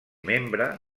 membre